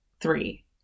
three